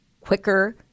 quicker